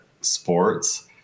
sports